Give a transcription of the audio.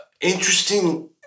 Interesting